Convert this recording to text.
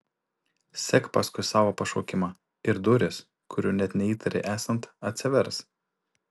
sek paskui savo pašaukimą ir durys kurių net neįtarei esant atsivers